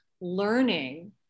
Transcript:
learning